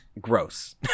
gross